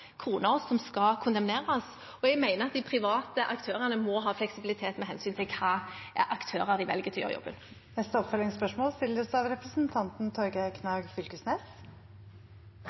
som skal kondemneres, og jeg mener at de private aktørene må ha fleksibilitet med hensyn til hvilke aktører de velger til å gjøre jobben.